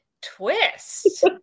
twist